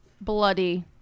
Bloody